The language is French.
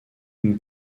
une